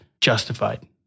justified